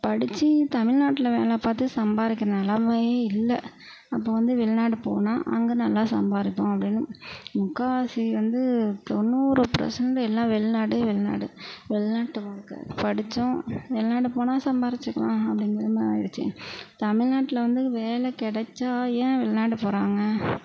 படித்து தமிழ் நாட்டில் வேலை பார்த்து சம்பாதிக்கிற நிலமையே இல்லை அப்போது வந்து வெளிநாடு போனால் அங்கே நல்லா சம்பாதிப்போம் அப்படின்னு முக்கால்வாசி வந்து தொண்ணூறு பர்சண்ட் எல்லாம் வெளிநாடு வெளிநாடு வெளிநாட்டு வாழ்க்க படித்தோம் வெளிநாடு போனால் சம்பாதிச்சிக்கலாம் அப்படிங்கிற மாதிரி ஆகிடுச்சு தமிழ் நாட்டில் வந்து வேலை கிடச்சா ஏன் வெளிநாடு போகிறாங்க